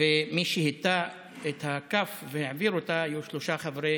ומי שהטה את הכף והעביר אותו היו שלושה חברי